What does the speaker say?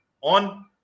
on